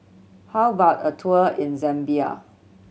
how about a tour in Zambia